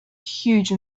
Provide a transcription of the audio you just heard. huge